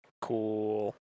Cool